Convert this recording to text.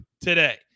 today